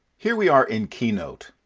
here we are in keynote.